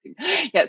Yes